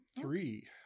three